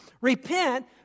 Repent